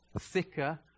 thicker